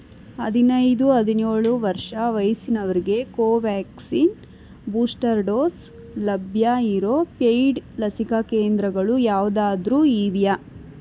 ಹದಿನೈದು ಹದಿನೇಳು ವರ್ಷ ವಯಸ್ಸಿನವರಿಗೆ ಕೋವೋವ್ಯಾಕ್ಸಿನ್ ಬೂಸ್ಟರ್ ಡೋಸ್ ಲಭ್ಯ ಇರೋ ಪೇಯ್ಡ್ ಲಸಿಕಾ ಕೇಂದ್ರಗಳು ಯಾವುದಾದ್ರು ಇದೆಯಾ